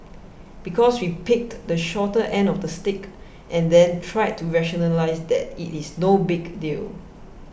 because we picked the shorter end of the stick and then tried to rationalise that it is no big deal